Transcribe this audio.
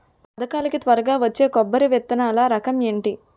పథకాల కి త్వరగా వచ్చే కొబ్బరి విత్తనాలు రకం ఏంటి?